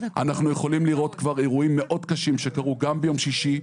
אנחנו יכולים לראות כבר אירועים מאוד קשים שקרו גם ביום שישי.